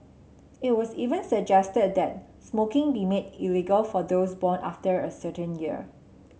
it was even suggested that smoking be made illegal for those born after a certain year